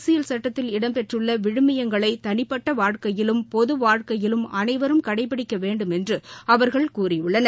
அரசியல் சட்டத்தில் இடம் பெற்றுள்ள விழுமியங்களை தனிப்பட்ட வாழ்க்கையிலும் பொது வாழ்க்கையிலும் அனைவரும் கடைபிடிக்க வேண்டுமென்று அவர்கள் கூறியுள்ளனர்